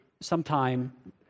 sometime